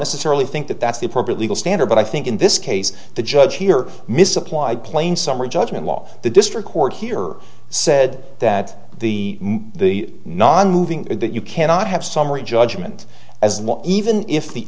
necessarily think that that's the appropriate legal standard but i think in this case the judge here misapplied plain summary judgment law the district court here said that the the nonmoving that you cannot have summary judgment as even if the